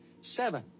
seven